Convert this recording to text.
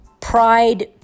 pride